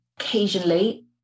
occasionally